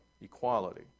equality